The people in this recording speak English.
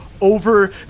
over